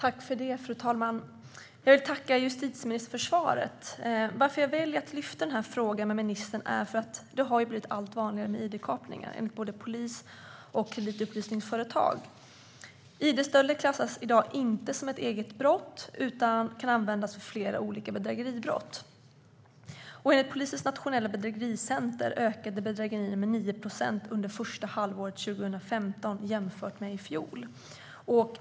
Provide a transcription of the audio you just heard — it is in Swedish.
Fru talman! Jag tackar justitieministern för svaret. Varför jag väljer att ta upp den här frågan med ministern är att det har blivit allt vanligare med id-kapningar, enligt både polis och kreditupplysningsföretag. Id-stöld klassas i dag inte som ett eget brott utan kan användas för flera olika bedrägeribrott. Enligt polisens nationella bedrägericentrum ökade bedrägerierna med 9 procent under första halvåret 2015 jämfört med i fjol.